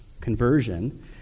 Conversion